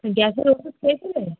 গ্যাসের ওষুধ খেয়েছিলে